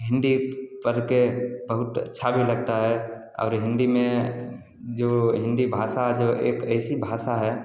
हिन्दी पढ़कर बहुट अच्छा भी लगता है और हिन्दी में जो हिन्दी भाषा जो एक ऐसी भाषा है